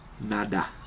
Nada